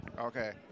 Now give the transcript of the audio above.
Okay